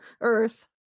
Earth